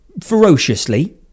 ferociously